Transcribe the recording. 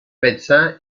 médecin